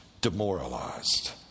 demoralized